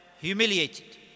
humiliated